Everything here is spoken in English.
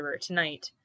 tonight